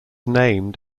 named